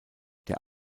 der